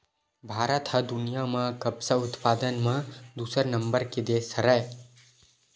भारत ह दुनिया म कपसा उत्पादन म दूसरा नंबर के देस हरय